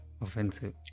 offensive